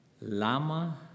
lama